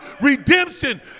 redemption